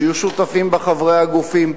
שיהיו שותפים בה חברי הגופים,